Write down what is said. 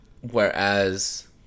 whereas